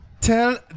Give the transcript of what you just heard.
Tell